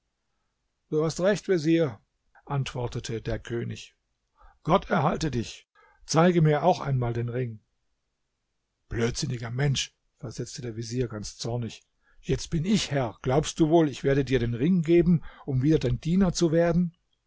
du hast recht vezier antwortete der könig gott erhalte dich zeige mir auch einmal den ring blödsinniger mensch versetzte der vezier ganz zornig jetzt bin ich herr glaubst du wohl ich werde dir den ring geben um wieder dein diener zu werden